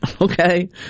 Okay